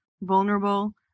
vulnerable